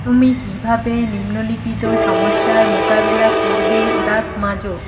তুমি কিভাবে নিম্নলিখিত সমস্যার মোকাবেলা করবে দাঁত মাজো